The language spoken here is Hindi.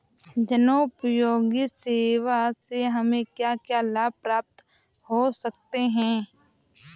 जनोपयोगी सेवा से हमें क्या क्या लाभ प्राप्त हो सकते हैं?